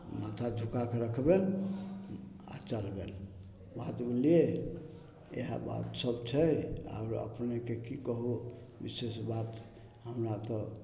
माथा झुकाके रखबनि आओर चलबनि बात बुझलियै इएह बात सब छै आब अपने के की कहू विशेष बात हमरा तऽ